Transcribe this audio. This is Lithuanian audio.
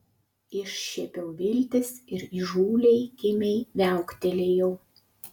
iššiepiau iltis ir įžūliai kimiai viauktelėjau